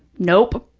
nope,